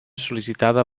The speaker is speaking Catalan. sol·licitada